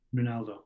Ronaldo